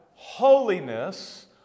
holiness